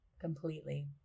completely